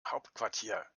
hauptquartier